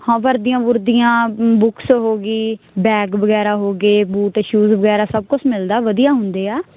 ਹਾਂ ਵਰਦੀਆਂ ਵੁਰਦੀਆਂ ਬੁੱਕਸ ਹੋ ਗਈ ਬੈਗ ਵਗੈਰਾ ਹੋ ਗਏ ਬੂਟ ਸ਼ੂਜ ਵਗੈਰਾ ਸਭ ਕੁਝ ਮਿਲਦਾ ਵਧੀਆ ਹੁੰਦੇ ਆ